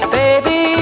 baby